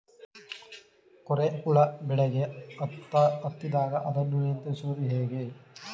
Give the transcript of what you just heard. ಕೋರೆ ಹುಳು ಬೆಳೆಗೆ ಹತ್ತಿದಾಗ ಅದನ್ನು ನಿಯಂತ್ರಿಸುವುದು ಹೇಗೆ?